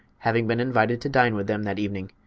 having been invited to dine with them that evening.